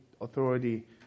authority